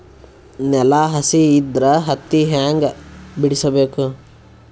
ನೆಲ ಹಸಿ ಇದ್ರ ಹತ್ತಿ ಹ್ಯಾಂಗ ಬಿಡಿಸಬೇಕು?